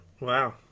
Wow